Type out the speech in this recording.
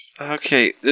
okay